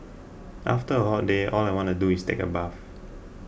after a hot day all I want to do is take a bath